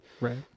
Right